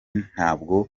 ntabwo